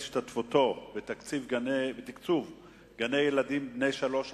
השתתפותו בתקצוב גני-ילדים לבני שלוש חמש,